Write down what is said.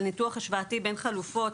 מדובר על ניתוח השוואתי בין חלופות